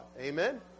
Amen